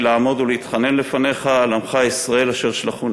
לעמוד ולהתחנן לפניך על עמך ישראל אשר שלחוני".